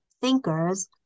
thinkers